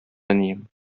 әнием